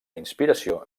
inspiració